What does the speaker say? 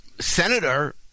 Senator